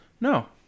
No